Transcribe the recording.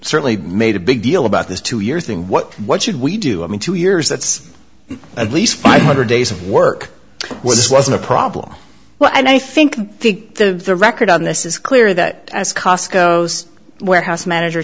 certainly made a big deal about this two years thing what what should we do i mean two years that's at least five hundred days of work well this wasn't a problem well and i think the the record on this is clear that as cost goes warehouse manager